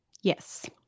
Yes